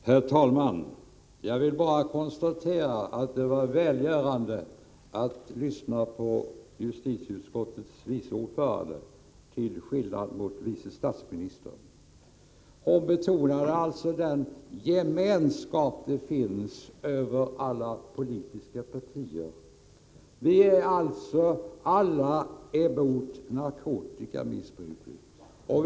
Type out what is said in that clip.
Herr talman! Jag vill bara konstatera att det var välgörande att lyssna till justitieutskottets vice ordförande, till skillnad från vice statsministern. Lisa Mattson betonar den enighet som råder inom alla politiska partier. Vi är alltså alla emot narkotikamissbruket.